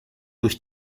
durch